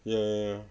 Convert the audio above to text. ya ya ya